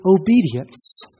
obedience